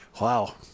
Wow